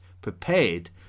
prepared